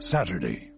Saturday